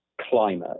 climate